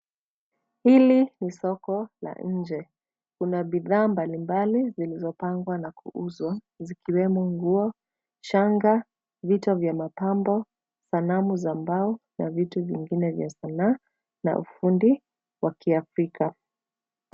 Hili ni soko la nje. Kuna bidhaa mbalimbali zilizopangwa na kuuzwa zikiwemo nguo, shanga, vito vya mapambo, sanamu za mbao na vitu vingine vya sanaa na ufundi wa kiafrika.